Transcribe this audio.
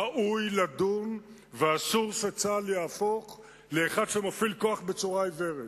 ראוי לדון ואסור שצה"ל יהפוך לאחד שמפעיל כוח בצורה עיוורת.